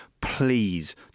please